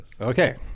Okay